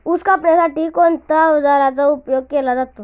ऊस कापण्यासाठी कोणत्या अवजारांचा उपयोग केला जातो?